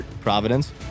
Providence